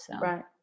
Right